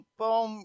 boom